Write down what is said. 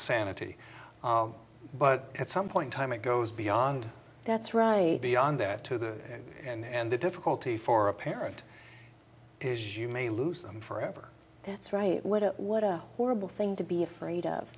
sanity but at some point time it goes beyond that's right beyond that to them and the difficulty for a parent is you may lose them forever that's right what a what a horrible thing to be afraid of